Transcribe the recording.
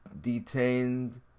detained